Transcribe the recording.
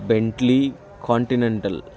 Bentley continental